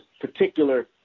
particular